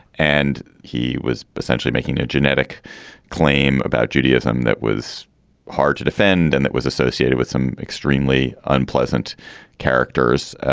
and he was essentially making a genetic claim about judaism that was hard to defend and that was associated with some extremely unpleasant characters.